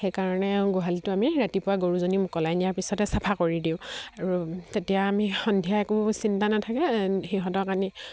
সেইকাৰণে গোহালিটো আমি ৰাতিপুৱা গৰুজনী মোকলাই নিয়াৰ পিছতে চাফা কৰি দিওঁ আৰু তেতিয়া আমি সন্ধিয়া একো চিন্তা নাথাকে সিহঁতক আনি